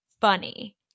funny